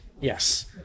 Yes